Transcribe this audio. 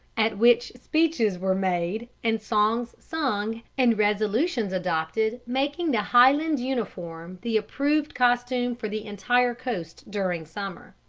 at which speeches were made, and songs sung, and resolutions adopted making the highland uniform the approved costume for the entire coast during summer.